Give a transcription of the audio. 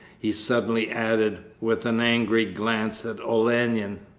he suddenly added, with an angry glance at olenin.